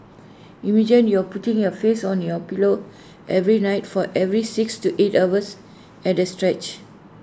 imagine you're putting your face on your pillow every night for every six to eight hours at A stretch